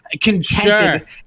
contented